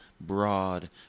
broad